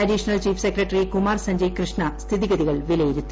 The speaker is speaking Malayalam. additional chief secretary Kumar Sanjay Krishna സ്ഥിതിഗതികൾ വിലയിരുത്തി